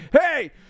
Hey